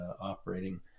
operating